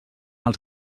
els